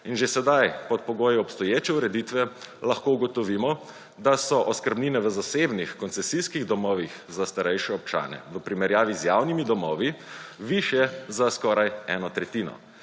In že sedaj pod pogoji obstoječe ureditve lahko ugotovimo, da so oskrbnine v zasebnih koncesijskih domovih za starejše občane v primerjavi z javnimi domovi višje za skoraj eno tretjino.